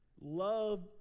Love